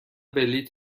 بلیط